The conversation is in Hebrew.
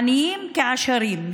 עניים כעשירים,